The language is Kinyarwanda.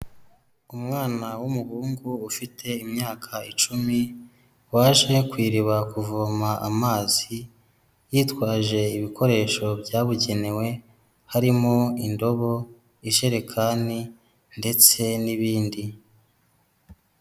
Umwana w'umuhungu ufite imyaka icumi waje ku iriba kuvoma amazi yitwaje ibikoresho byabugenewe harimo indobo ijerekani ndetse n'ibindi.